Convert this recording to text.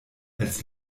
als